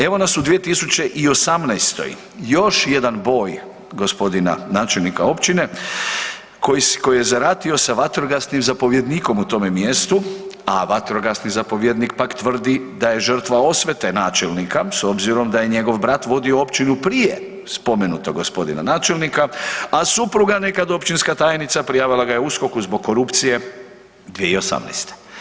Evo nas u 2018., još jedan boj gospodina načelnika općine koji je zaratio sa vatrogasnim zapovjednikom u tome mjestu, a vatrogasni zapovjednik pak tvrdi da je žrtva osvete načelnika s obzirom da je njegov brat vodio općinu prije spomenutog g. načelnika, a supruga nekad općinska tajnica prijavila ga je USKOK-u zbog korupcije 2018.